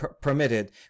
permitted